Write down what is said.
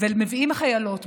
ומביאים חיילות,